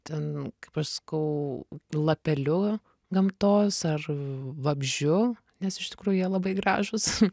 ten kaip aš sakau lapeliu gamtos ar vabzdžiu nes iš tikrųjų jie labai gražūs